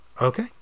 Okay